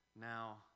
now